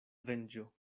venĝo